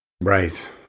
Right